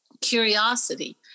curiosity